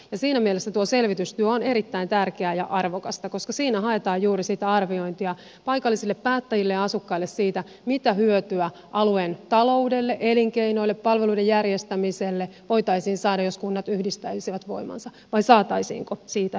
siinä mielessä tuo selvitystyö on erittäin tärkeää ja arvokasta koska siinä haetaan juuri sitä arviointia paikallisille päättäjille ja asukkaille siitä mitä hyötyä alueen taloudelle elinkeinoille ja palveluiden järjestämiselle voitaisiin saada jos kunnat yhdistäisivät voimansa vai saataisiinko siitä hyötyä